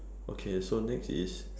okay so next is